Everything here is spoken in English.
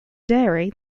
dairy